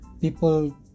people